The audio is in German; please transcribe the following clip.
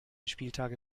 spieltage